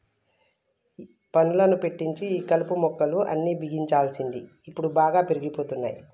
పనులను పెట్టించి ఈ కలుపు మొక్కలు అన్ని బిగించాల్సింది ఇప్పుడు బాగా పెరిగిపోతున్నాయి